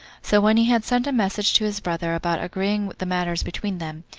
so when he had sent a message to his brother about agreeing the matters between them,